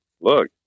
look